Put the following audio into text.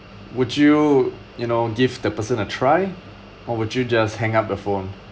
would you you know give the person a try or would you just hang up the phone